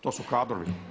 To su kadrovi.